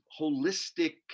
holistic